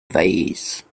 vase